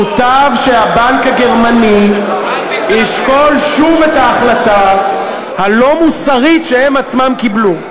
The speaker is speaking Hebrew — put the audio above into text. מוטב שהבנק הגרמני ישקול שוב את ההחלטה הלא-מוסרית שהם עצמם קיבלו,